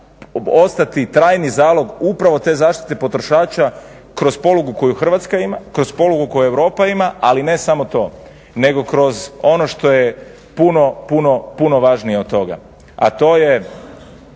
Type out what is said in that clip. mora ostati trajni zalog upravo te zaštite potrošača kroz polugu koju Hrvatska ima, kroz polugu koju Europa ima, ali ne samo to nego kroz ono što je puno, puno važnije od toga, a to je